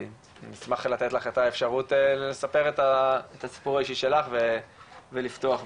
נשמח לתת לך את האפשרות לספר את הסיפור האישי שלך ולפתוח בזה.